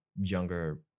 younger